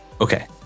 Okay